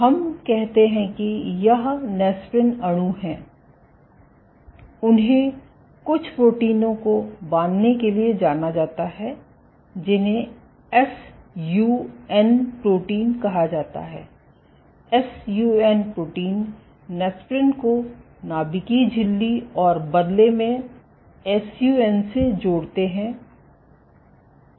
तो हम कहते हैं कि यह नेस्प्रिन अणु हैं उन्हें कुछ प्रोटीनों को बांधने के लिए जाना जाता है जिन्हें एसयूएन प्रोटीन कहा जाता है एसयूएन प्रोटीन नेस्प्रिन को नाभीकीय झिल्ली और बदले में एसयूएन से जोड़ते हैं